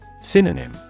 Synonym